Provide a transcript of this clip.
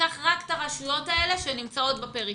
קח רק את הרשויות האלה שנמצאות בפריפריה.